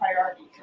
priority